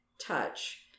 touch